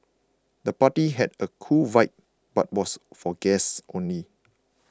the party had a cool vibe but was for guests only